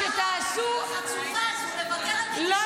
החצופה הזאת מבקרת את יש עתיד.